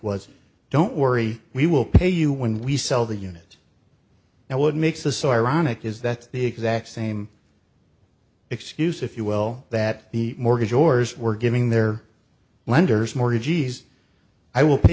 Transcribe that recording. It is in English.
was don't worry we will pay you when we sell the unit now what makes this so ironic is that the exact same excuse if you will that the mortgage orders were giving their lenders mortgagees i will